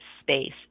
space